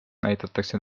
näidatakse